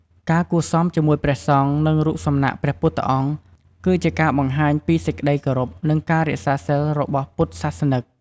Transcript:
ការគួរសមជាមួយព្រះសង្ឃ និងរូបសំណាកព្រះពុទ្ធអង្គ គឺជាការបង្ហាញពីសេចក្ដីគោរព និងការរក្សាសីលរបស់ពុទ្ធសាសនិក។